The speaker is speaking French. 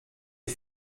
les